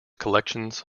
collections